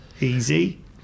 Easy